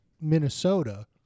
Minnesota